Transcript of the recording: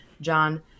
John